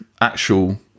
actual